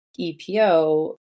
EPO